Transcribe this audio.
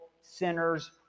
sinners